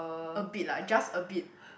a bit lah just a bit